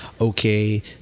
okay